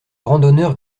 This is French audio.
randonneur